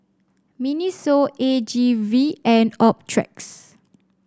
Miniso A G V and Optrex